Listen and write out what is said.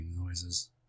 noises